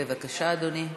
בבקשה, אדוני.